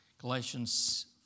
Galatians